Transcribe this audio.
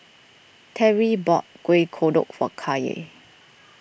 Terri bought Kueh Kodok for Kaye